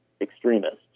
extremists